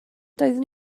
doeddwn